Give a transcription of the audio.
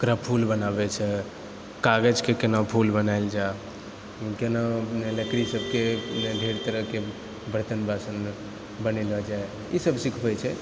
ओकरा फूल बनाबै छै कागजके केना फूल बनाल जा केना अपने लकड़ी सभके ढ़ेर तरहके बर्तन बासन बनेलो जाइ ई सभ सिखबै छै